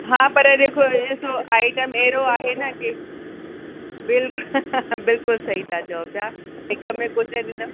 हा पर जेको ॾिसो आइटम अहिड़ो आहे न कि बिल्कुलु बिल्कुलु सही था चयो पिया हिक में कुझु न थींदनि